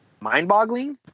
mind-boggling